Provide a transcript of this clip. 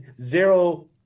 zero